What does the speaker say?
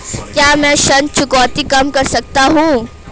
क्या मैं ऋण चुकौती कम कर सकता हूँ?